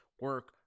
Work